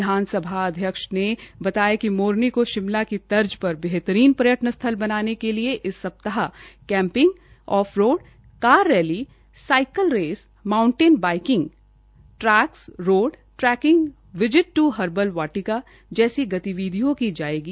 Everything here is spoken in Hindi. विधानसभा अध्यक्ष ने बताया कि मोरनी को शिमला की तर्ज पर बेहतरीन पर्यटन स्थल बनाने के लिए इस सप्ताह camping off road car rally cycle race mountain biking tracks road tracking visit to herbal वाटि जैसी गतिविधियां की जायेगी